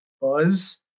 buzz